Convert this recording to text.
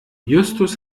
justus